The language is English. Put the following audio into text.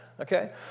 Okay